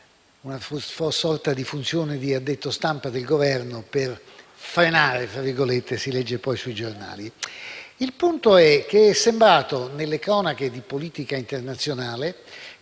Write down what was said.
una sorta di funzione di addetto stampa del Governo per «frenare», come si legge sui giornali. Il punto è che nelle cronache di politica internazionale